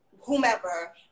whomever